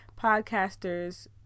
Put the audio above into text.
podcasters